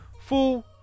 Fool